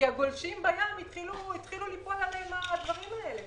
כי הדברים האלה התחילו ליפול על הגולשים בים.